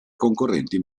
concorrenti